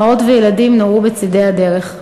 אימהות וילדים נורו בצדי הדרך.